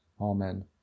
Amen